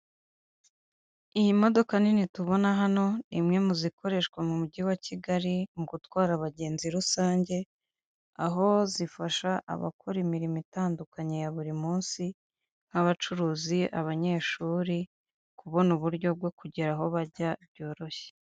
Iyi modoka nini tubona hano ni imwe mu zikoreshwa mu mujyi wa kigali mu gutwara abagenzi rusange, aho zifasha abakora imirimo itandukanye ya buri munsi nk'abacuruzi, abanyeshuri kubona uburyo bwo kugera aho bajya byoroshye.